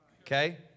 Okay